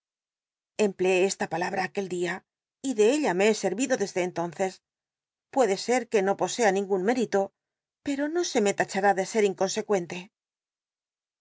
empleé esta palabra aquel dia y de ella me he servido desde entonces puede ser que no posca ningun mél'ilo pero no se me tachará de sct inconsecuente